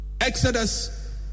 Exodus